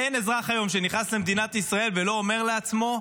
אין אזרח היום שנכנס למדינת ישראל ולא אומר לעצמו: